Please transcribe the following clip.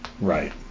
right